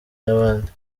n’abandi